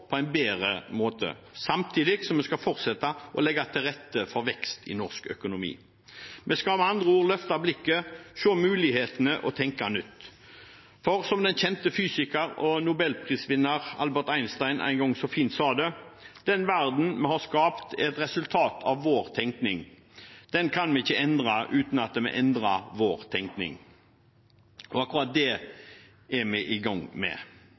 på en bedre måte, samtidig som vi skal fortsette å legge til rette for vekst i norsk økonomi. Vi skal med andre ord løfte blikket, se mulighetene og tenke nytt. For som den kjente fysiker og nobelprisvinner Albert Einstein en gang så fint sa det: Den verden vi har skapt, er et resultat av vår tenkning, den kan vi ikke endre uten at vi endrer vår tenkning. Og akkurat det er vi i gang med.